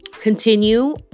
continue